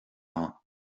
pheann